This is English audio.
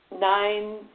Nine